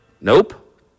Nope